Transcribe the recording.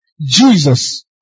Jesus